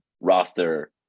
roster